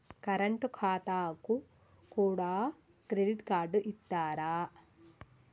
Current ఖాతాకు కూడా credit card ఇత్తరా?